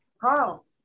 Carl